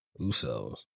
Usos